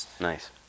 nice